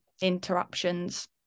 interruptions